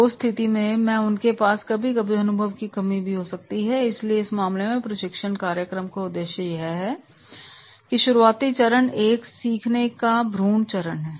तो उस स्थिति में उनके पास कभी कभी अनुभव की कमी भी हो सकती है इसलिए इस मामले में प्रशिक्षण कार्यक्रम का उद्देश्य यह है कि शुरुआती चरण एक सीखने का भ्रूण चरण है